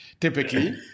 typically